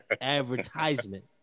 advertisement